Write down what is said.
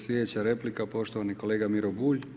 Sljedeća replika, poštovani kolega Miro Bulj.